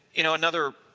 you know another,